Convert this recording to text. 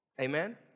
Amen